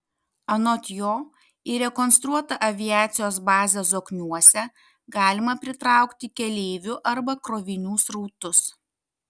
anot jo į rekonstruotą aviacijos bazę zokniuose galima pritraukti keleivių arba krovinių srautus